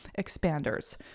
expanders